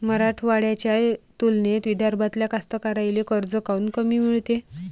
मराठवाड्याच्या तुलनेत विदर्भातल्या कास्तकाराइले कर्ज कमी काऊन मिळते?